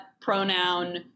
pronoun